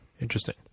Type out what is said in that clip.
Interesting